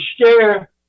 share